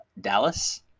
dallas